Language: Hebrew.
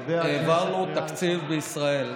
העברנו תקציב בישראל.